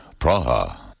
Praha